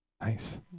nice